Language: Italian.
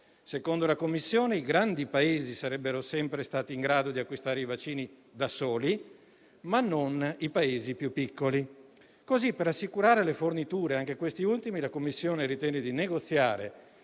Secondo la Commissione, i grandi Paesi sarebbero sempre stati in grado di acquistare i vaccini da soli, ma non i Paesi più piccoli. Così, per assicurare le forniture anche a questi ultimi, la Commissione ritenne di negoziare